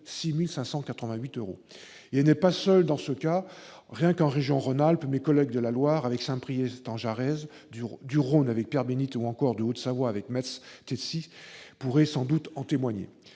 6 588 euros ! La commune n'est pas seule dans ce cas. Rien qu'en région Auvergne-Rhône-Alpes, mes collègues de la Loire, avec Saint-Priest-en-Jarez, du Rhône, avec Pierre-Bénite, ou encore de Haute-Savoie, avec Metz-Tessy, pourraient sans doute en témoigner.